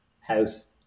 house